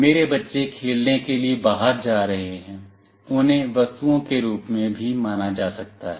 मेरे बच्चे खेलने के लिए बाहर जा रहे हैं उन्हें वस्तुओं के रूप में भी माना जा सकता है